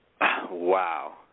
Wow